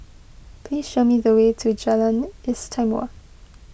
please show me the way to Jalan Istimewa